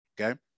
okay